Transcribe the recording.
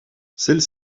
celles